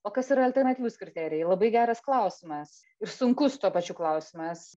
o kas yra alternatyvūs kriterijai labai geras klausimas ir sunkus tuo pačiu klausimas